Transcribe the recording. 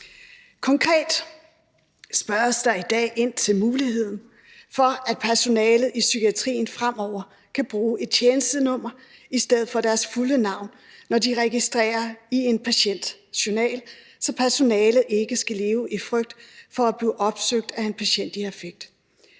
Konkret spørges der i dag ind til muligheden for, at personalet i psykiatrien fremover kan bruge et tjenestenummer i stedet for deres fulde navn, når de registrerer noget i en patients journal, så personalet ikke skal leve i frygt for at blive opsøgt af en patient i affekt.